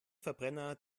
verbrenner